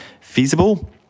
feasible